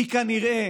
כנראה,